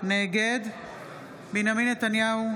נגד בנימין נתניהו,